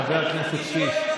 חבר הכנסת קיש.